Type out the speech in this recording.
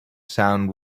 sound